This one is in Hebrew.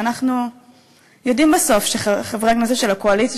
שאנחנו יודעים שבסוף חברי הכנסת של הקואליציה,